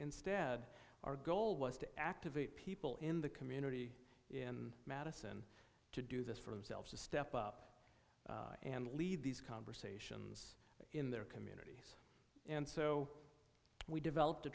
instead our goal was to activate people in the community in madison to do this for themselves to step up and lead these conversations in their community and so we developed a